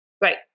Right